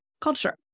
culture